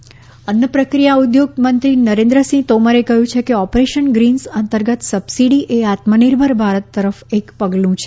Tomar Operation Green અન્ન પ્રક્રિયા ઉદ્યોગ મંત્રી નરેન્દ્રસિંહ તોમરે કહ્યું છે કે ઓપરેશન ગ્રીન્સ અંતર્ગત સબસિડી એ આત્મા નિર્ભર ભારત તરફ એક પગલું છે